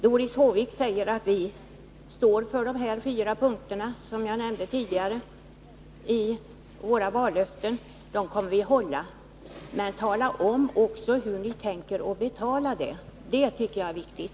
Doris Håvik säger: Vi står för dessa fyra punkter —som jag nämnde tidigare — i våra vallöften, och dem kommer vi att hålla. Men tala också om hur ni tänker betala detta! Det tycker jag är viktigt.